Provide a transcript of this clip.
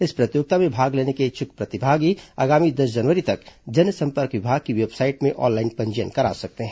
इस प्रतियोगिता में भाग लेने के इच्छुक प्रतिभागी आगामी दस जनवरी तक जनसंपर्क विभाग की वेबसाइट में ऑनलाइन पंजीयन करा सकते हैं